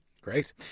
Great